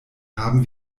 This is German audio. haben